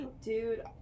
Dude